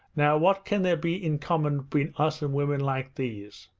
now what can there be in common between us and women like these?